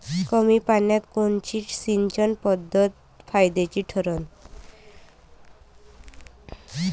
कमी पान्यात कोनची सिंचन पद्धत फायद्याची ठरन?